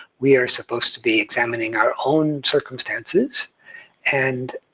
we are supposed to be examining our own circumstances and